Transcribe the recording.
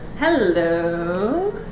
Hello